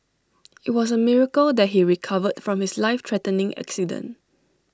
IT was A miracle that he recovered from his life threatening accident